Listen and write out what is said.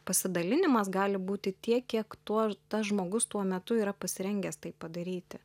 pasidalinimas gali būti tiek kiek tuo tas žmogus tuo metu yra pasirengęs tai padaryti